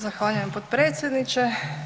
Zahvaljujem potpredsjedniče.